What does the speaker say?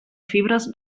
fibres